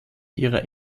ihrer